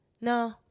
No